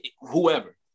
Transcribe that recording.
whoever